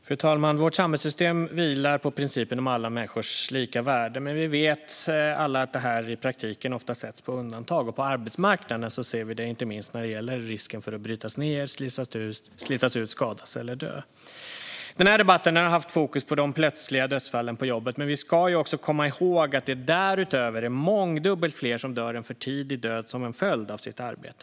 Fru talman! Vårt samhällssystem vilar på principen om alla människors lika värde. Men vi vet alla att detta i praktiken ofta sätts på undantag. På arbetsmarknaden ser vi det inte minst när det gäller risken för att brytas ned, slitas ut, skadas eller dö. Den här debatten har haft fokus på de plötsliga dödsfallen på jobbet, men vi ska komma ihåg att det därutöver är mångdubbelt fler som dör en för tidig död som en följd av sitt arbete.